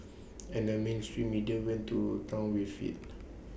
and the mainstream media went to Town with IT